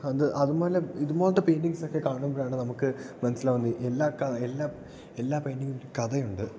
അത് അതുപോലെ ഇതുപോലത്തെ പെയിൻറ്ററിങ്സ് ഒക്കെ കാണുമ്പോഴാണ് നമുക്ക് മനസ്സിലാവുന്നത് എല്ലാ എല്ലാ എല്ലാ പെയിൻറ്റിങ്ലും കഥയുണ്ട്